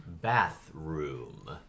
Bathroom